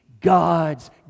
God's